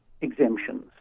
exemptions